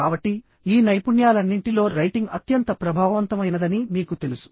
కాబట్టి ఈ నైపుణ్యాలన్నింటిలో రైటింగ్ అత్యంత ప్రభావవంతమైనదని మీకు తెలుసు